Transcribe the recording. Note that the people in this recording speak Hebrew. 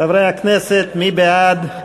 חברי הכנסת, מי בעד?